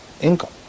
income